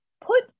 put